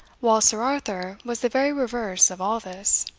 while sir arthur was the very reverse of all this.